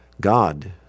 God